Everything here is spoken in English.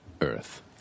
Earth